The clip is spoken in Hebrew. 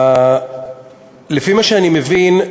לפי מה שאני מבין,